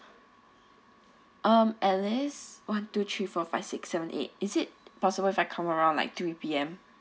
um alice one two three four five six seven eight is it possible if I come around like three P_M